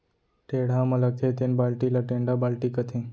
टेड़ा म लगथे तेन बाल्टी ल टेंड़ा बाल्टी कथें